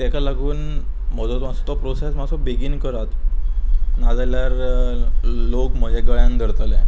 तेका लागून म्हजो मातसो तो प्रोसेस मातसो बेगीन करात नाजाल्यार लोक म्हज्या गळ्यान धरतले